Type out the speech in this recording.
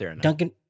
Duncan